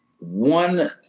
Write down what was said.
One